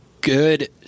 good